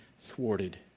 thwarted